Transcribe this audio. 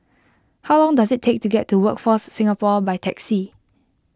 how long does it take to get to Workforce Singapore by taxi